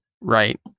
Right